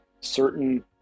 certain